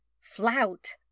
flout